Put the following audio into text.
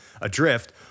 adrift